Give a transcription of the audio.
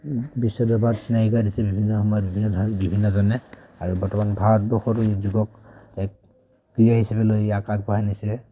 বিশ্বদৰবাৰত চিনাকি কৰাই দিছে বিভিন্ন সময়ত বিভিন্ন ধৰণৰ বিভিন্নজনে আৰু বৰ্তমান ভাৰতবৰ্ষতো এই যোগক এক ক্ৰীড়া হিচাপে লৈ আগবঢ়াই নিছে